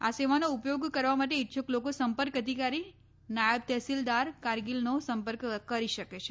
આ સેવાનો ઉપયોગ કરવા માટે ઇચ્છુક લોકો સંપર્ક અધિકારી નાયબ તહેસીલદાર કારગીલનો સંપર્ક કરી શકે છે